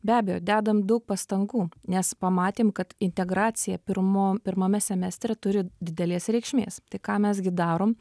be abejo dedam daug pastangų nes pamatėm kad integracija pirmo pirmame semestre turi didelės reikšmės tai ką mes gi darom